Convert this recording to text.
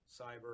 cyber